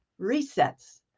resets